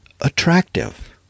attractive